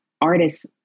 artists